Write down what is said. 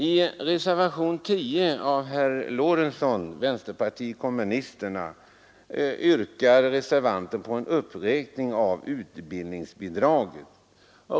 I reservationen 10 yrkar herr Lorentzon på en uppräkning av utbildningsbidraget.